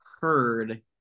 heard